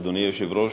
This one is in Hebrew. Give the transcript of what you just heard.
אדוני היושב-ראש,